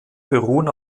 beruhen